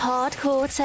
Hardcore